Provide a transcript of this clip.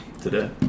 today